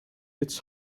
its